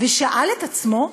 ושאל את עצמו,